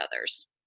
others